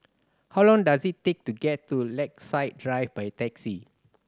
how long does it take to get to Lakeside Drive by taxi